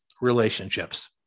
relationships